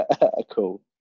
Cool